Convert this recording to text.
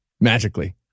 magically